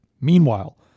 Meanwhile